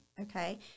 Okay